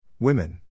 Women